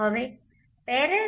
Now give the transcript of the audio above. હવે parallel